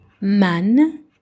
Man